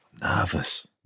nervous